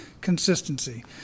Consistency